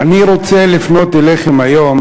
אני רוצה לפנות אליכם היום